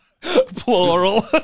plural